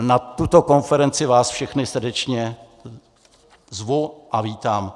Na tuto konferenci vás všechny srdečně zvu a vítám.